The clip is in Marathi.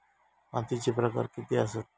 मातीचे प्रकार किती आसत?